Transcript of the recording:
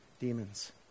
demons